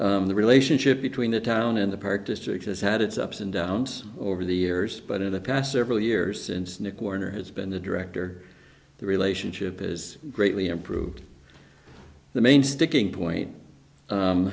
the relationship between the town in the park district has had its ups and downs over the years but in the past several years since nick warner has been the director the relationship is greatly improved the main sticking point